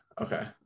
okay